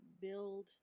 build